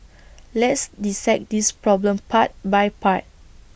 let's dissect this problem part by part